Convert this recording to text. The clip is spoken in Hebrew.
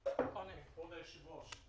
כבוד היושב-ראש,